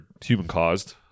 human-caused